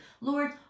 Lord